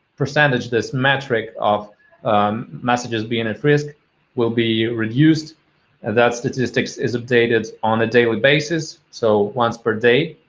percentage, this metric of messages being at risk will be reduced, and that statistic is updated on a daily basis. so once per day.